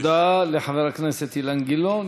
תודה לחבר הכנסת אילן גילאון.